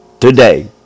today